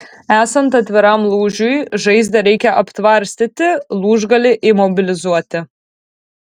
esant atviram lūžiui žaizdą reikia aptvarstyti lūžgalį imobilizuoti